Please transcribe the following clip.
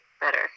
better